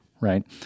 right